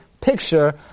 picture